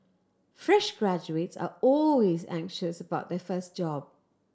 fresh graduates are always anxious about their first job